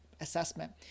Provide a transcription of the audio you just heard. assessment